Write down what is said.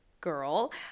girl